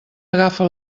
agafa